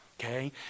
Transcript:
okay